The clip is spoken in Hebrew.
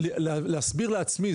להסביר לעצמי,